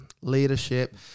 leadership